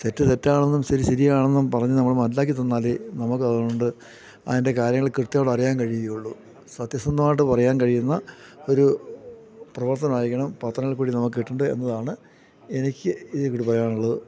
തെറ്റു തെറ്റാണെന്നും ശരി ശരിയാണെന്നും പറഞ്ഞു നമ്മളെ മനസിലാക്കിത്തന്നാലേ നമുക്ക് അതുകൊണ്ട് അതിൻ്റെ കാര്യങ്ങൾ കൃത്യമായിട്ടറിയാൻ കഴിയുകയുള്ളൂ സത്യസന്ധമായിട്ടു പറയാൻ കഴിയുന്ന ഒരു പ്രവർത്തനമായിരിക്കണം പത്രങ്ങളില്ക്കൂടി നമുക്ക് കിട്ടേണ്ടത് എന്നതാണ് എനിക്ക് ഇതേക്കുറിച്ചു പറയാാനുള്ളത്